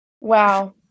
Wow